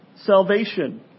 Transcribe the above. Salvation